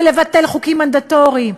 ולבטל חוקים מנדטוריים,